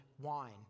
wine